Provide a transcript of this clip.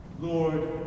Lord